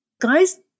guys